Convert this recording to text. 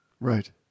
Right